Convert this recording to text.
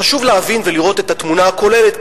וחשוב להבין ולראות את התמונה הכוללת,